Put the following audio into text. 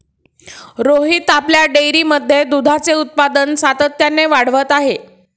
रोहित आपल्या डेअरीमध्ये दुधाचे उत्पादन सातत्याने वाढवत आहे